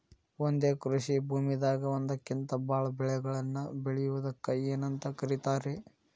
ಒಂದೇ ಕೃಷಿ ಭೂಮಿದಾಗ ಒಂದಕ್ಕಿಂತ ಭಾಳ ಬೆಳೆಗಳನ್ನ ಬೆಳೆಯುವುದಕ್ಕ ಏನಂತ ಕರಿತಾರೇ?